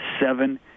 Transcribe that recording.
seven